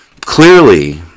clearly